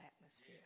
atmosphere